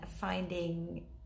finding